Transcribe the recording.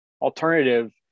alternative